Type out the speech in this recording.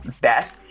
best